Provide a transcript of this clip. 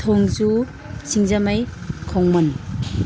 ꯊꯣꯡꯖꯨ ꯁꯤꯡꯖꯃꯩ ꯈꯣꯡꯃꯟ